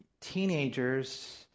teenagers